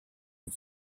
nid